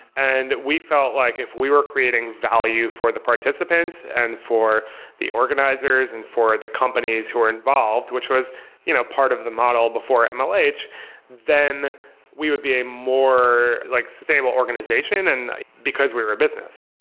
and we felt like if we were creating value for the participants and for the organizers and for the companies who are involved, which was you know part of the model before and mlh, then we would be a more like sustainable organization, and because we're a business